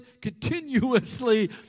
continuously